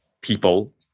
people